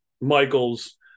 Michaels